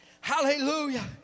hallelujah